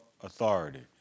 authority